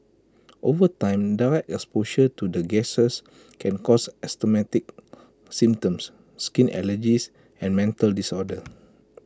over time direct exposure to the gases can cause asthmatic symptoms skin allergies and mental disorders